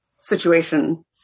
situation